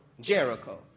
Jericho